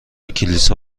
کلیسا